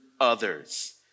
others